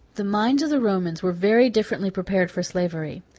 the minds of the romans were very differently prepared for slavery.